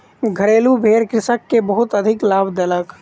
घरेलु भेड़ कृषक के बहुत अधिक लाभ देलक